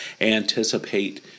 anticipate